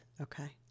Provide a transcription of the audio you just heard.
Okay